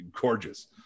gorgeous